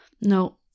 No